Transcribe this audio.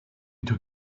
took